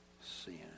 sin